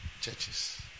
churches